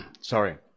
Sorry